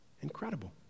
Incredible